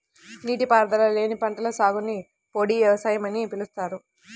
నీటిపారుదల లేని పంటల సాగుని పొడి వ్యవసాయం అని పిలుస్తారు